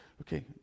okay